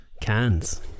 Cans